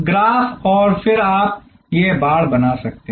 graph और फिर आप यह बाड़ बना सकते हैं